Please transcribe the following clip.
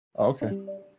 Okay